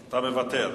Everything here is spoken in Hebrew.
אתה מוותר.